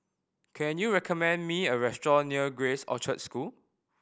can you recommend me a restaurant near Grace Orchard School